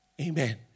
Amen